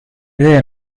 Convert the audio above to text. tee